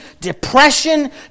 depression